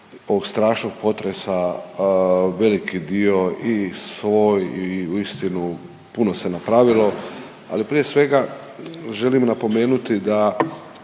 ovog strašnog potresa veliki dio i svoj i uistinu puno se napravilo. Ali prije svega želim napomenuti da